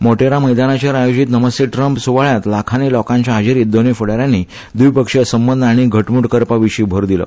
मोटेरा मैदानाचेर आयोजित नमस्ते ट्रम्प सुवाळ्यात लाखानी लोकांच्या हाजेरीत दोनूय फुडा यानी व्दिपक्षीय संबंद आनीक घटमूट करपाविशी भर दिलो